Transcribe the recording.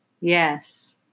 Yes